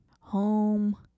home